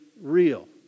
real